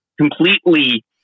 completely